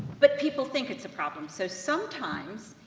but people think it's a problem. so, sometimes,